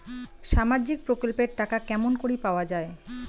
সামাজিক প্রকল্পের টাকা কেমন করি পাওয়া যায়?